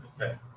okay